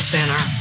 Center